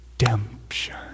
redemption